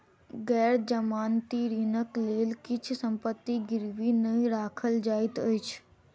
गैर जमानती ऋणक लेल किछ संपत्ति गिरवी नै राखल जाइत अछि